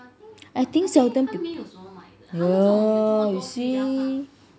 I think seldom people !eeyer! you see